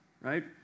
Right